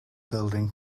building